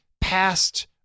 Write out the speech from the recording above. past